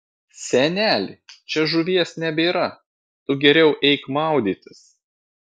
seneli čia žuvies nebėra tu geriau eik maudytis